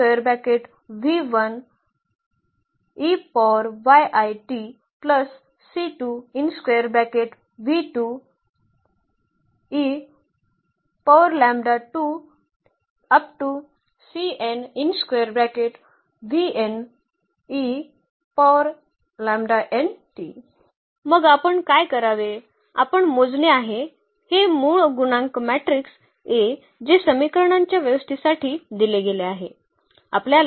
आपण मोजणे आहे हे मूळ गुणांक मॅट्रिक्स A जे समीकरणांच्या व्यवस्थेसाठी दिले गेले होते